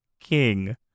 King